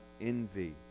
envy